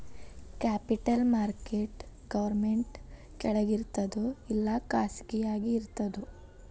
Capital market government ಕೆಳಗಿರ್ತದೋ ಇಲ್ಲಾ ಖಾಸಗಿಯಾಗಿ ಇರ್ತದೋ?